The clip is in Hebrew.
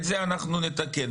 אתם יכולים לעקוב אחריי,